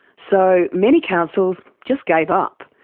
so, many councils just gave up.